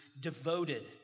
devoted